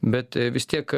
bet vis tiek